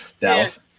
Dallas